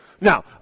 Now